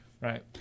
Right